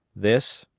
this,